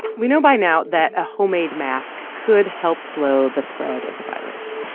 we know by now that a homemade mask could help slow the spread of the virus.